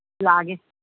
ꯂꯥꯛꯑꯒꯦ